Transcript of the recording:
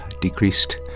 decreased